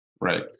right